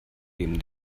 dem